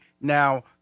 Now